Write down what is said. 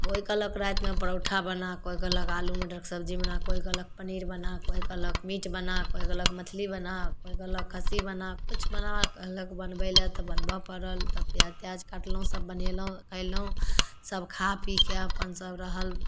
कोइ कहलक रातिमे परौठा बना कोइ कहलक आलू मटरके सब्जी बना कोइ कहलक पनीर बना कोइ कहलक मीट बना कोइ कहलक मछली बना कोइ कहलक खस्सी बना किछु बना कहलक बनबैलए तऽ बनबऽ पड़ल तऽ पिआज तिआज काटलहुँ सब बनेलहुँ खएलहुँ सब खा पीके अपन सब रहल